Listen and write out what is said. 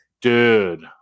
dude